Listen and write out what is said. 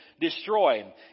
destroy